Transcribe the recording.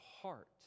heart